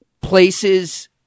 places